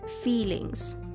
feelings